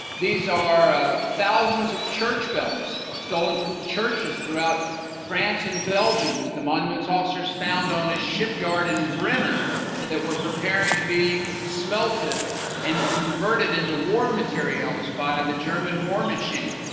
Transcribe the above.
these are thousands of church bells stolen from churches throughout france and belgium that the monuments officers found on a shipyard in bremen and that they were preparing to be smelted ah and converted into war materials by ah the german war machine.